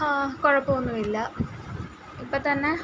കുഴപ്പമൊന്നുമില്ല ഇപ്പം തന്നെ